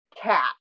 cat